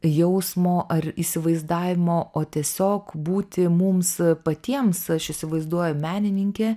jausmo ar įsivaizdavimo o tiesiog būti mums patiems aš įsivaizduoju menininkė